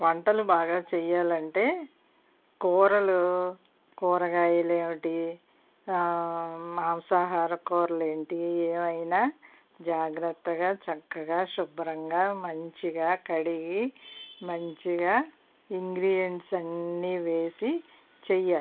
వంటలు బాగా చెయ్యాలంటే కూరలు కూరగాయలు ఏమిటి మాంసాహార కూరలేంటి ఏమైనా జాగ్రత్తగా చక్కగా శుభ్రంగా మంచిగా కడిగి మంచిగా ఇంగ్రీడియంట్స్ అన్నీ వేసి చెయ్యాలి